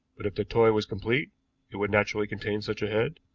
but if the toy was complete it would naturally contain such a head.